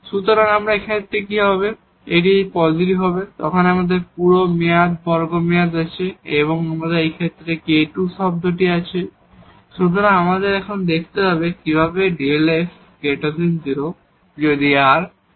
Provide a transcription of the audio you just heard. সুতরাং এই ক্ষেত্রে কি হবে যখন এটি পজিটিভ হবে তখন আমাদের এই হোল স্কোয়ার টার্ম আছে এবং আমরা এই k2 টার্ম আছে সুতরাং আমাদের এখন দেখতে হবে কিভাবে এটি Δ f 0 যদি r 0 হয়